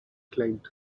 claimed